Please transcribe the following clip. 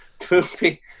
Poopy